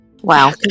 Wow